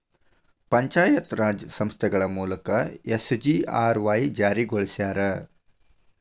ಪಂಚಾಯತ್ ರಾಜ್ ಸಂಸ್ಥೆಗಳ ಮೂಲಕ ಎಸ್.ಜಿ.ಆರ್.ವಾಯ್ ಜಾರಿಗೊಳಸ್ಯಾರ